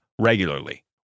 regularly